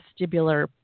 vestibular